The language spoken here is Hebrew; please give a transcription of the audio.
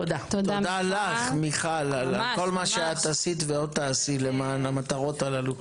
תודה לך מיכל על כל מה שאת עשית ועוד תעשי למען המטרות הללו.